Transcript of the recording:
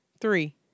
Three